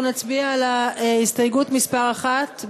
אנחנו נצביע על הסתייגות מס' 1,